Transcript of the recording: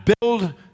build